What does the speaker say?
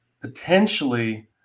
potentially